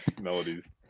melodies